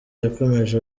yakomeje